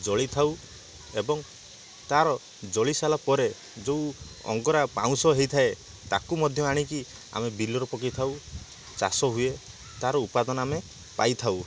ଜଳିଥାଉ ଏବଂ ତାର ଜଳିସାରିଲା ପରେ ଯେଉଁ ଅଙ୍ଗରା ପାଉଁଶ ହେଇଥାଏ ତାକୁ ମଧ୍ୟ ଆଣିକି ଆମେ ବିଲରେ ପକେଇଥାଉ ଚାଷ ହୁଏ ତାର ଉପାଦାନ ଆମେ ପାଇଥାଉ